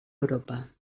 europa